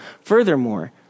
Furthermore